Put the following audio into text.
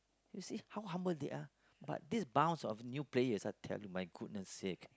you see how humble they are but these bounce of new players I tell you my goodness sake